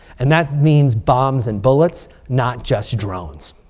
and that means bombs and bullets. not just drones.